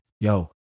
Yo